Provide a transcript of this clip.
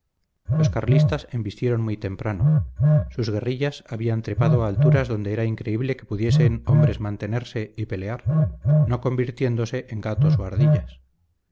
épica los carlistas embistieron muy temprano sus guerrillas habían trepado a alturas donde era increíble que pudiesen hombres mantenerse y pelear no convirtiéndose en gatos